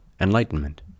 enlightenment